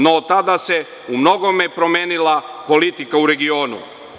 No, tada se u mnogome promenila politika u regionu.